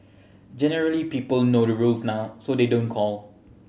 generally people know the rules now so they don't call